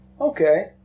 Okay